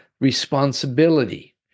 responsibility